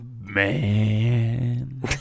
Man